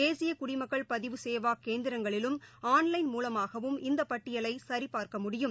தேசியகுடிமக்கள் பதிவு சேவாக் கேந்திரங்களிலும் ஆன்லைன் மூலமாகவும் இந்தபட்டியலைசிபார்க்க முடியும்